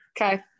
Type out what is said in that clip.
Okay